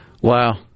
Wow